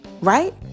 Right